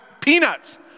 peanuts